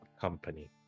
company